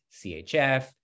CHF